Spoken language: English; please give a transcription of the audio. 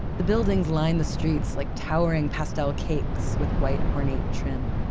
the buildings line the streets like towering pastel cakes with white ornate trim.